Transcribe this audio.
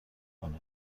کنه